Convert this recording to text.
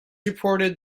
reported